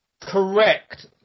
Correct